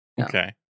Okay